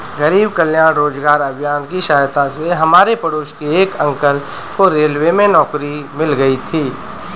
गरीब कल्याण रोजगार अभियान की सहायता से हमारे पड़ोस के एक अंकल को रेलवे में नौकरी मिल गई थी